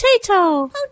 Potato